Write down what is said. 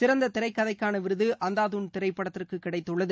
சிறந்த திரைக்கதைக்கான விருது அந்தாதுன் திரைப்படத்திற்கு கிடைத்துள்ளது